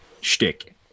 shtick